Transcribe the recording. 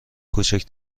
کوچک